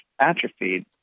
atrophied